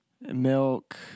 Milk